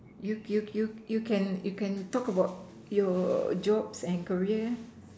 you you you you can you can talk about your jobs and career